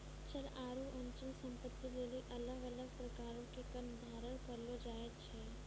चल आरु अचल संपत्ति लेली अलग अलग प्रकारो के कर निर्धारण करलो जाय छै